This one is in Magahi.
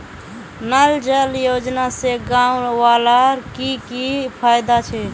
नल जल योजना से गाँव वालार की की फायदा छे?